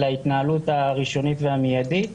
להתנהלות הראשונית והמיידית,